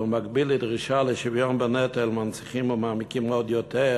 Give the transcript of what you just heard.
במקביל לדרישה לשוויון בנטל מנציחים ומעמיקים עוד יותר